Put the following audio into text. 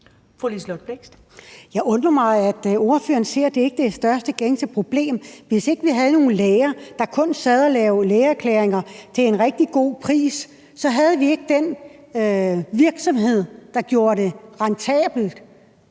Liselott Blixt (DF): Det undrer mig, at ordføreren siger, at det ikke er det største gængse problem. Hvis ikke vi havde nogle læger, der kun sad og lavede lægeerklæringer til en rigtig god pris, så havde vi ikke den virksomhed, der gjorde det rentabelt.